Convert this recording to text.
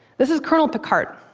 this is colonel picquart.